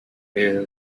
deer